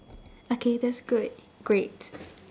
okay that's great great